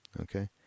Okay